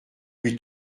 lui